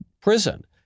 prison